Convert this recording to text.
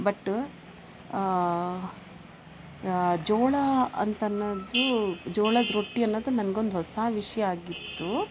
but ಜೋಳ ಅಂತನ್ನೋದು ಜೋಳದ ರೊಟ್ಟಿ ಅನ್ನೋದು ನನ್ಗೊಂದು ಹೊಸಾ ವಿಷಯ ಆಗಿತ್ತು